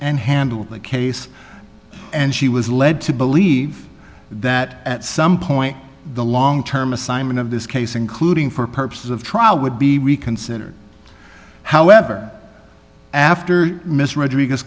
and handle the case and she was led to believe that at some point the long term assignment of this case including for purposes of trial would be reconsidered however after mr rodriguez